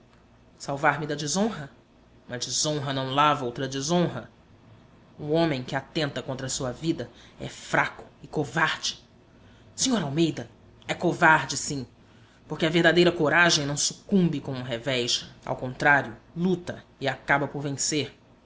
salvar-me da desonra uma desonra não lava outra desonra o homem que atenta contra sua vida é fraco e covarde sr almeida é covarde sim porque a verdadeira coragem não sucumbe com um revés ao contrário luta e acaba por vencer